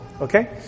okay